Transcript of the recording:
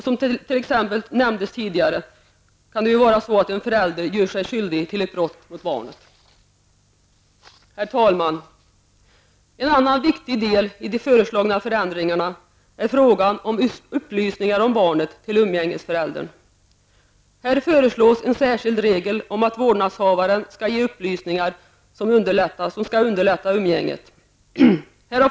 Som nämndes tidigare kan det t.ex. vara så att en förälder gör sig skyldig till brott mot barnet. Herr talman! En annan viktig del i de föreslagna förändringarna är frågan om upplysningar till umgängesföräldern om barnet. Här föreslås en särskild regel om att vårdnadshavaren skall ge upplysningar som skall underlätta umgänget.